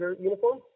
uniform